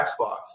Xbox